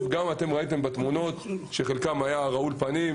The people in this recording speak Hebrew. ראיתם בתמונות שחלקם היו רעולי פנים.